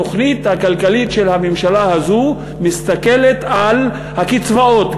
התוכנית הכלכלית של הממשלה הזו מסתכלת על הקצבאות,